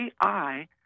AI